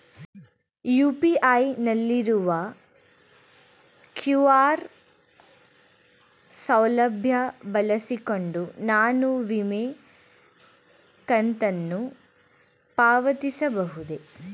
UPI ನಲ್ಲಿರುವ QR ಸೌಲಭ್ಯ ಬಳಸಿಕೊಂಡು ನಾನು ವಿಮೆ ಕಂತನ್ನು ಪಾವತಿಸಬಹುದೇ?